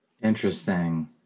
Interesting